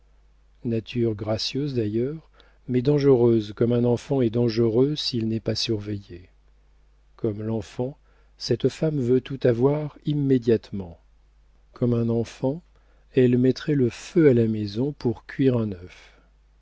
nature gracieuse d'ailleurs mais dangereuse comme un enfant est dangereux s'il n'est pas surveillé comme l'enfant cette femme veut tout avoir immédiatement comme un enfant elle mettrait le feu à la maison pour cuire un œuf